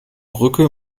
brücke